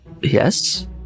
Yes